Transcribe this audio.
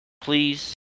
please